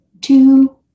two